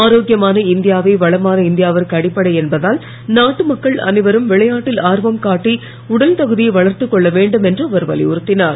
ஆரோக்கியமான இந்தியாவே வளமான இந்தியாவிற்கு அடிப்படை என்பதால் நாட்டு மக்கள் அனைவரும் விளையாட்டில் ஆர்வம் காட்டி உடல் தகுதியை வளர்த்து கொள்ள வேண்டும் என்று அவர் வலியுறுத்தினார்